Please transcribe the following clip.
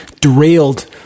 derailed